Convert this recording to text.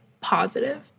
positive